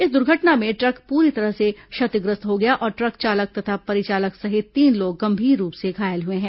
इस दुर्घटना में ट्रक पूरी तरह से क्षतिग्रस्त हो गया और ट्रक चालक तथा परिचालक सहित तीन लोग गंभीर रूप से घायल हुए हैं